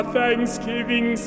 thanksgiving